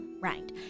right